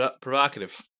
provocative